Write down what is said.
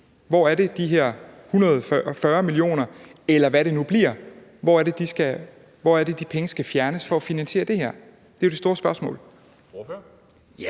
Hvor er det, de her 140 mio. kr., eller hvad det nu bliver, skal fjernes for at finansiere det her? Det er jo det store spørgsmål.